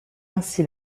ainsi